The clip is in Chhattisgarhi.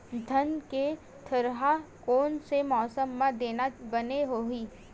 धान के थरहा कोन से मौसम म देना बने होही?